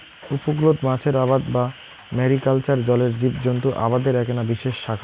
উপকূলত মাছের আবাদ বা ম্যারিকালচার জলের জীবজন্ত আবাদের এ্যাকনা বিশেষ শাখা